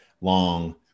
long